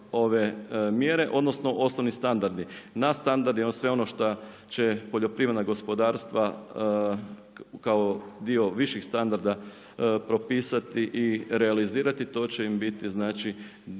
odnosno osnovni standardi, na standardi, sve ono šta će poljoprivredna gospodarstva kao dio viših standarda propisati i realizirati, to će im biti kroz